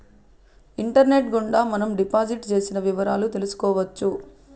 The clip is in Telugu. ఇంటర్నెట్ గుండా మనం డిపాజిట్ చేసిన వివరాలు తెలుసుకోవచ్చు